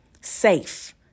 safe